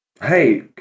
Hey